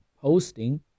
posting